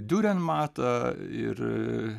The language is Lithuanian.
diurenmatą ir